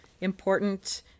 important